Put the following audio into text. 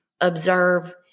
observe